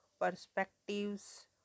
perspectives